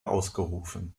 ausgerufen